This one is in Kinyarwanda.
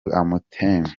amoateng